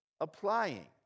applying